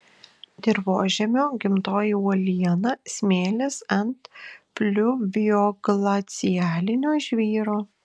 dirvožemio gimtoji uoliena smėlis ant fliuvioglacialinio žvyro